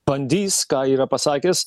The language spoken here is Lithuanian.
bandys ką yra pasakęs